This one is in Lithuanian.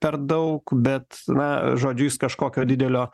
per daug bet na žodžiu jis kažkokio didelio